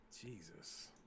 Jesus